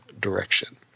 direction